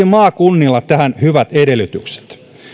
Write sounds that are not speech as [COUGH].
[UNINTELLIGIBLE] maakunnilla tähän hyvät edellytykset